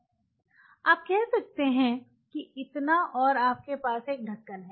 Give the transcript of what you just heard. आप कह सकते हैं कि इतना और आपके पास एक ढक्कन है